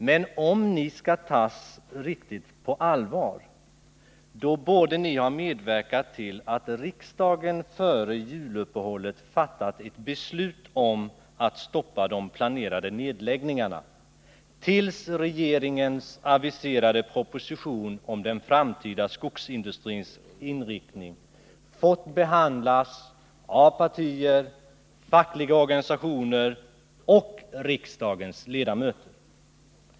Men om ni skall tas riktigt på allvar, då borde ni ha medverkat till att riksdagen före juluppehållet fattat ett beslut om att stoppa de planerade nedläggningarna tills regeringens aviserade proposition om den framtida skogsindustrins inriktning fått behandlas av partier, fackhga organisationer och riksdagens ledamöter.